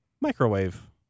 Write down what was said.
Microwave